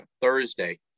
thursday